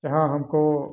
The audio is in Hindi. जहाँ हमको